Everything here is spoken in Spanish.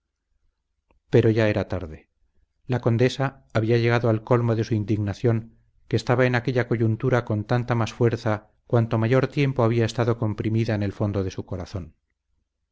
pero ya era tarde la condesa había llegado al colmo de su indignación que estallaba en aquella coyuntura con tanta más fuerza cuanto mayor tiempo había estado comprimida en el fondo de su corazón